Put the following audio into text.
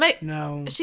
no